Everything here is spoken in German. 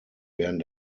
werden